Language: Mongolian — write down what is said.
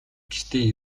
гэртээ